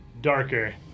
darker